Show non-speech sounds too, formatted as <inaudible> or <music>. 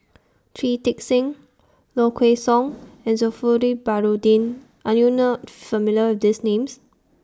Shui Tit Sing Low Kway Song <noise> and <unintelligible> Baharudin Are YOU not familiar with These Names